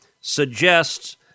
suggests